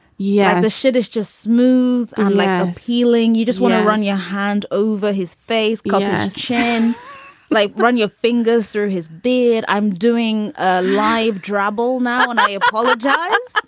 yeah. this shit is just smooth on healing. you just want to run your hand over his face chin like run your fingers through his beard. i'm doing ah live drabble now and i apologize